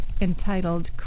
entitled